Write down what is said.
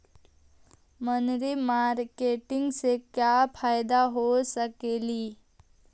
मनरी मारकेटिग से क्या फायदा हो सकेली?